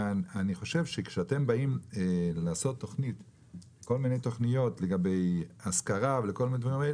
כאשר אתם באים לעשות כל מיני תוכניות לגבי השכרה וכן הלאה,